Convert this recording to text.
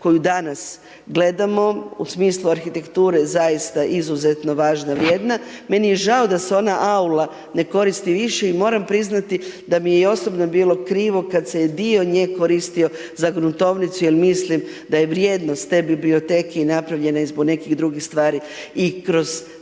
koju danas gledamo u smislu arhitekture zaista izuzetno važna, vrijedna. Meni je žao da se ona aula ne koristi više i moram priznati da mi je i osobno bilo krivo kad se je dio nje koristio za Gruntovnicu jel mislim da je vrijednost te biblioteke i napravljena je zbog nekih drugih stvari. I kroz takav